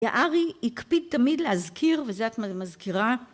יערי הקפיד תמיד להזכיר וזה את מזכירה